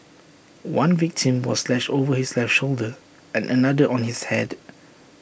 one victim was slashed over his left shoulder and another on his Head